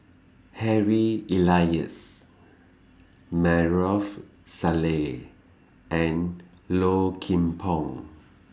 Harry Elias Maarof Salleh and Low Kim Pong